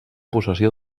possessió